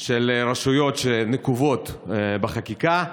של רשויות שנקובות בחקיקה,